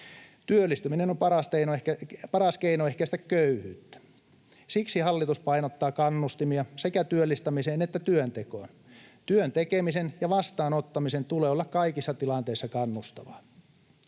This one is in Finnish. Työllistyminen on paras keino ehkäistä köyhyyttä. Siksi hallitus painottaa kannustimia sekä työllistämiseen että työntekoon. Työn tekemisen ja vastaanottamisen tulee olla kaikissa tilanteissa kannustavaa.